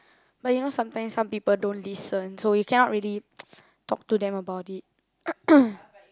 but you know sometimes some people don't listen so you cannot really talk to them about it